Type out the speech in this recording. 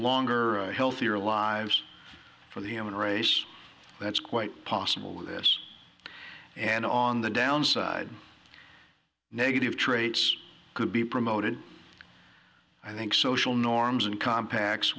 longer healthier lives for the human race that's quite possible with this and on the downside negative traits could be promoted i think social norms and compac